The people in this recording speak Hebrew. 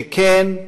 שכן,